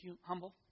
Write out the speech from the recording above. humble